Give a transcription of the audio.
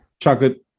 chocolate